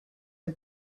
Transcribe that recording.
are